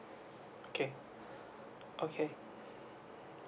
okay okay